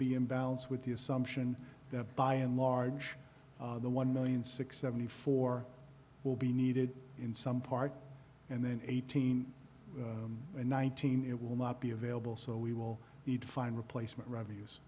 be in balance with the assumption that by and large the one million six seventy four will be needed in some part and then eighteen and nineteen it will not be available so we will need to find replacement rev